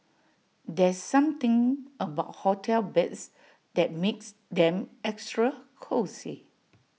there's something about hotel beds that makes them extra cosy